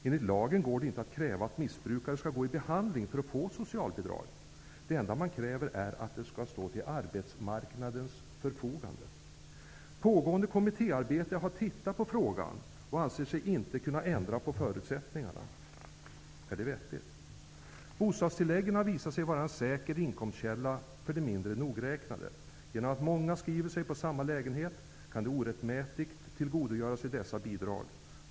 Enligt lagen går det inte att kräva att missbrukare skall genomgå behandling för att få socialbidrag. Det enda man kräver är att de skall stå till arbetsmarknadens förfogande. I ett pågående kommittéarbete har man tittat på frågan. Man anser inte att det går att ändra förutsättningarna. Är det vettigt? Bostadstilläggen har visat sig vara en säker inkomstkälla för de mindre nogräknade. Genom att många skriver sig på samma lägenhet kan de orättmätigt tillgodogöra sig dessa bidrag.